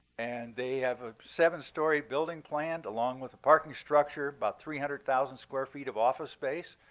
and they have a seven story building planned along with a parking structure, about three hundred thousand square feet of office space.